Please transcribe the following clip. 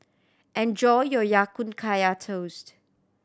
enjoy your Ya Kun Kaya Toast